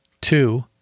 two